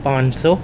پانچ سو